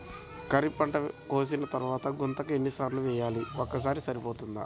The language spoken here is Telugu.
ఖరీఫ్ పంట కోసిన తరువాత గుంతక ఎన్ని సార్లు వేయాలి? ఒక్కసారి సరిపోతుందా?